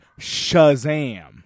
Shazam